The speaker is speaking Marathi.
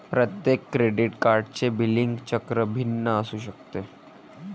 प्रत्येक क्रेडिट कार्डचे बिलिंग चक्र भिन्न असू शकते